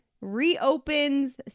reopens